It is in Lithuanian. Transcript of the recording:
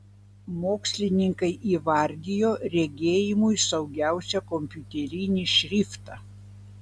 mokslininkai įvardijo regėjimui saugiausią kompiuterinį šriftą